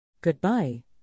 Goodbye